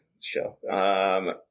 show